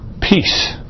peace